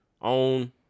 on